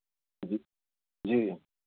जी जी